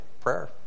prayer